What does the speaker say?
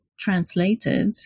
translated